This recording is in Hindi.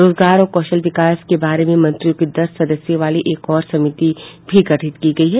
रोजगार और कौशल विकास के बारे में मंत्रियों की दस सदस्यों वाली एक और समिति भी गठित की गई है